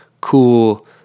cool